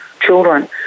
children